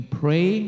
pray